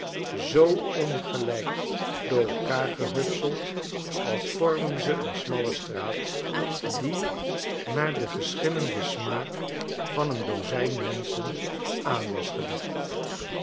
zoo ongelijk door elkaar gehutseldals vormden ze een smalle straat die naar den verschetsen uit amerika schillenden smaak van een dozijn menschen aan was gelegd